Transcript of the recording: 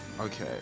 okay